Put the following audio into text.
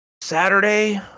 Saturday